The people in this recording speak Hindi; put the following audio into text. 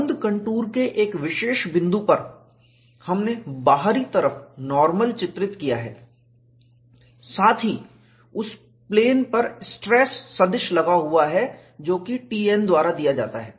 बंद कंटूर के एक विशेष बिंदु पर हमने बाहरी तरफ नार्मल चित्रित किया है और साथ ही उस प्लेन पर स्ट्रेस सदिश लगा हुआ है जो कि Tn द्वारा दिया जाता है